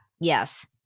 yes